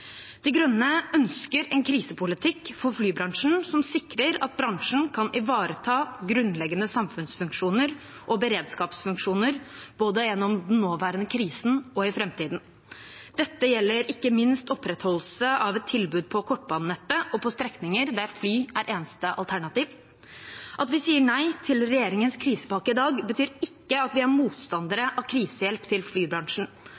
De Grønne ønsker en krisepolitikk for flybransjen som sikrer at bransjen kan ivareta grunnleggende samfunnsfunksjoner og beredskapsfunksjoner både gjennom den nåværende krisen og i framtiden. Dette gjelder ikke minst opprettholdelse av et tilbud på kortbanenettet og på strekninger der fly er det eneste alternativet. At vi sier nei til regjeringens krisepakke i dag, betyr ikke at vi er motstandere av krisehjelp til flybransjen